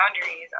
boundaries